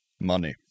Money